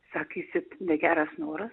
sakysit negeras noras